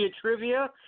Trivia